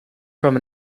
from